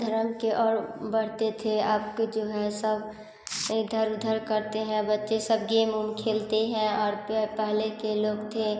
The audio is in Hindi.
धरम की ओर बढ़ते थे अब के जो है सब इधर उधर करते हैं बच्चे सब गेम उम खेलते हैं और पहले के लोग थे